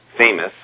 famous